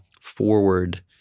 forward